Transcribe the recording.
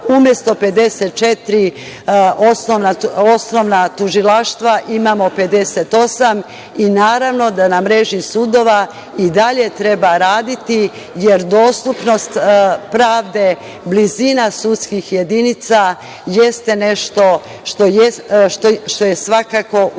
Umesto 54 osnovna tužilaštva imamo 58 i naravno da na mreži sudova i dalje treba raditi, jer dostupnost pravde, blizina sudskih jedinica jeste nešto što je svakako u interesu